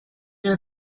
know